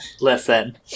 Listen